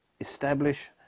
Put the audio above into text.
establish